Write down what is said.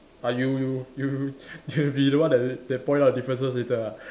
uh you you you you you'll be the one that that point out differences later ah